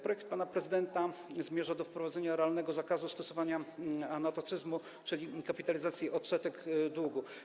Projekt pana prezydenta zmierza do wprowadzenia realnego zakazu stosowania anatocyzmu, czyli kapitalizacji odsetek długu.